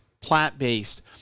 plant-based